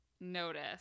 notice